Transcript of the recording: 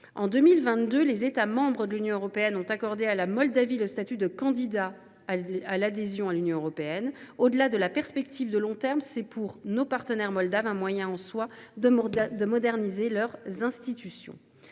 En 2022, les États membres de l’Union européenne ont accordé à la Moldavie le statut de candidat à l’adhésion à l’Union européenne. Au delà de la perspective de long terme, c’est pour nos partenaires moldaves un moyen en soi de moderniser leurs institutions.